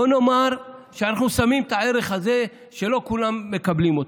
בוא נאמר שאנחנו שמים את הערך הזה שלא כולם מקבלים אותו,